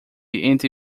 entre